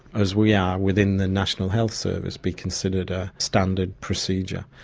as we are within the national health service, be considered a standard procedure.